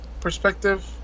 perspective